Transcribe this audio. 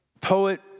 poet